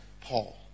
Paul